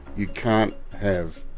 you can't have.